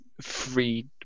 free